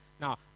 Now